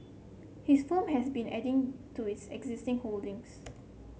his firm has been adding to its existing holdings